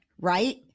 right